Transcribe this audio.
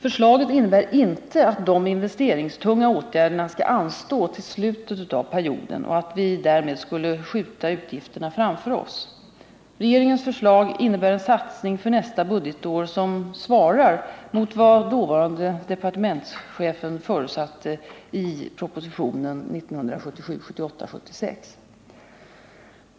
Förslaget innebär inte att de investeringstunga åtgärderna skall anstå till slutet av perioden och att vi därmed skulle skjuta utgifterna framför oss. Regeringens förslag innebär en satsning för nästa budgetår som svarar mot vad dåvarande departementschefen förutsatte i propositionen 1977/78:76.